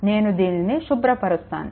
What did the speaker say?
నేను దీనిని శుభ్రపరుస్తాను